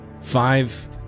Five